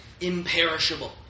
imperishable